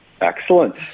Excellent